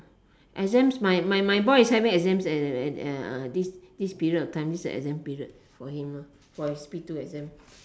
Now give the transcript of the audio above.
exams my my my boy is having exams at at uh this this period of time this the exam period for him for his P two exam